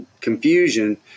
confusion